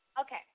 Okay